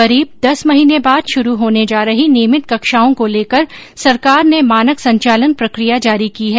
करीब दस महीने बाद शुरू होने जा रही नियमित कक्षाओं को लेकर सरकार ने मानक सँचालन प्रक्रिया जारी की है